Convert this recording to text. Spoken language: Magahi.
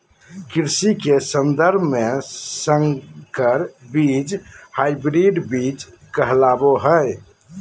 कृषि के सन्दर्भ में संकर बीज हायब्रिड बीज कहलाबो हइ